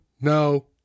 no